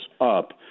up